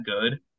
good